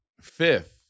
Fifth